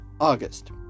August